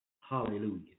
Hallelujah